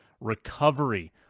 recovery